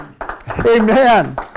Amen